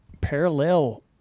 parallel